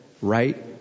right